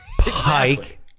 Pike